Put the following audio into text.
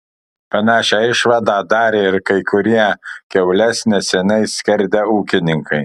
panašią išvadą darė ir kai kurie kiaules neseniai skerdę ūkininkai